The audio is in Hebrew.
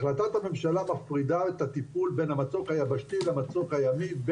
החלטת הממשלה מפרידה את הטיפול בין המצוק היבשתי למצוק הימי,